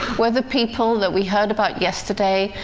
were the people that we heard about yesterday,